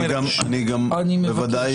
אני מבקש.